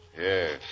Yes